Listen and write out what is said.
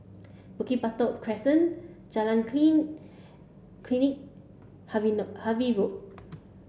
Bukit Batok Crescent Jalan Clean Klinik Harvey Harvey Road